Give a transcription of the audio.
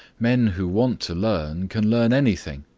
men who want to learn can learn anything.